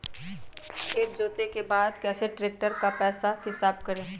खेत जोते के बाद कैसे ट्रैक्टर के पैसा का हिसाब कैसे करें?